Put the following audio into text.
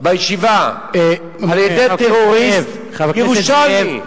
בישיבה, על-ידי טרוריסט חבר הכנסת זאב.